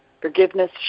Forgiveness